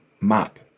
map